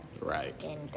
right